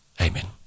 Amen